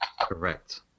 Correct